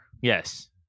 Yes